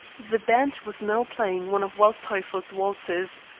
the band was now playing one of waldteufel's waltzes.